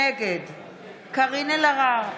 נגד קארין אלהרר,